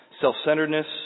self-centeredness